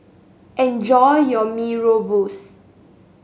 enjoy your Mee Rebus